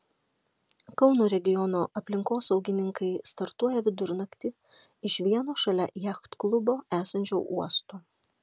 kauno regiono aplinkosaugininkai startuoja vidurnaktį iš vieno šalia jachtklubo esančio uosto